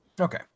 okay